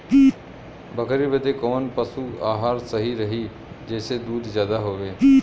बकरी बदे कवन पशु आहार सही रही जेसे दूध ज्यादा होवे?